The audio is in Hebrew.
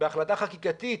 בהחלטה חקיקתית,